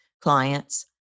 clients